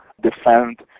defend